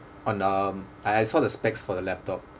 on um I I saw the specs for the laptop